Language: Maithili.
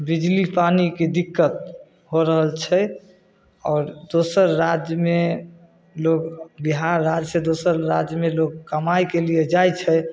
बिजली पानीके दिक्कत हो रहल छै आओर दोसर राज्यमे लोक बिहार राज्य से दोसर राज्यमे लोक कमाइके लिए जाइ छै